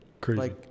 crazy